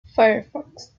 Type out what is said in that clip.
firefox